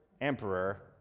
emperor